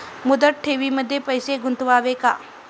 मुदत ठेवींमध्ये पैसे गुंतवावे का?